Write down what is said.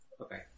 Okay